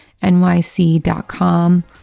nyc.com